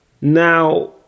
Now